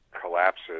collapses